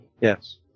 Yes